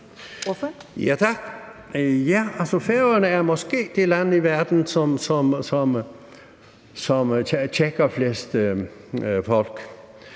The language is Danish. Altså, Færøerne er måske det land i verden, som tjekker flest folk,